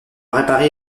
réparé